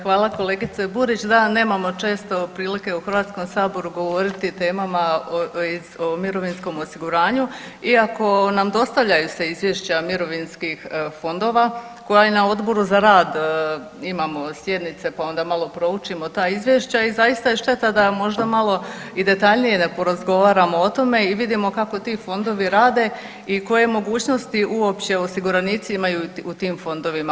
Hvala kolegice Burić, da nemamo često prilike u Hrvatskom saboru govoriti o temama iz, o mirovinskom osiguranju iako nam dostavljaju se izvješća mirovinskih fondova koja i na Odboru za rad imamo sjednice pa onda malo proučimo ta izvješća i zaista je šteta da možda malo i detaljnije ne porazgovaramo o tome i vidimo kako ti fondovi rade i koje mogućnosti uopće osiguranici imaju u tim fondovima.